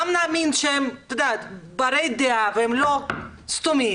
גם נאמין שהם ברי דעה והם לא סתומים,